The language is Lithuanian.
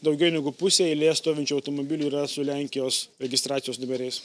daugiau negu pusė eilėj stovinčių automobilių yra su lenkijos registracijos numeriais